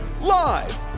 Live